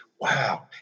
wow